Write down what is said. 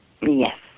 Yes